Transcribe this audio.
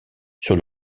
sur